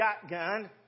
shotgun